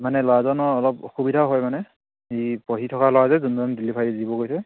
মানে ল'ৰাজনৰ অলপ অসুবিধাও হয় মানে সি পঢ়ি থকা ল'ৰা যে যোনজন ডেলিভাৰী দিব গৈছে